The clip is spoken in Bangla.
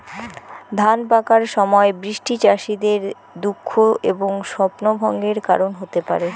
ধান পাকার সময় বৃষ্টি চাষীদের দুঃখ এবং স্বপ্নভঙ্গের কারণ হতে পারে